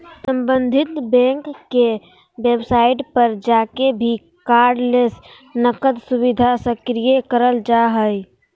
सम्बंधित बैंक के वेबसाइट पर जाके भी कार्डलेस नकद सुविधा सक्रिय करल जा हय